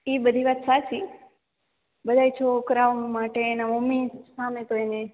ઇ બધી વાત સાચી બધાએ છોકરા માટે એના મમી સામે તો એને